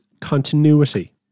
continuity